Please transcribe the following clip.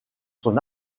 son